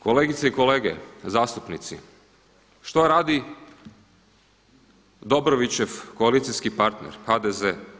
Kolegice i kolege zastupnici, što radi Dobrovićev koalicijski partner HDZ?